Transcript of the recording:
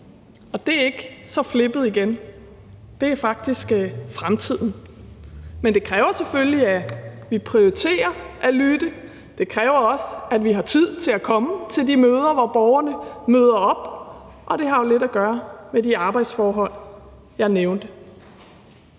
Det er ikke så flippet igen; det er faktisk fremtiden. Men det kræver selvfølgelig, at vi prioriterer at lytte, og det kræver også, at vi har tid til at komme til de møder, hvor borgerne møder op, og det har jo lidt at gøre med de arbejdsforhold, jeg nævnte.